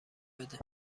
بده